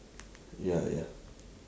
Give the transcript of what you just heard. ya ya